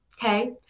Okay